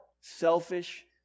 Selfish